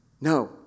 No